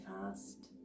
fast